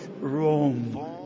Rome